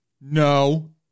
No